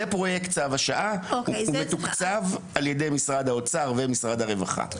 זה פרויקט צו השעה והוא מתוקצב על ידי משרד האוצר ומשרד הרווחה.